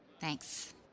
Thanks